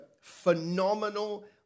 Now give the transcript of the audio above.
phenomenal